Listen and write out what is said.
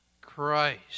Christ